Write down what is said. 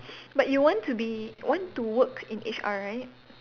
but you want to be want to work in H_R right